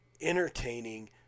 entertaining